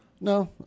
No